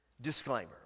disclaimer